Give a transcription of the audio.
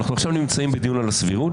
אנחנו עכשיו נמצאים בדיון על הסבירות,